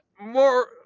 more